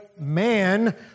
man